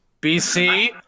BC